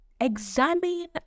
Examine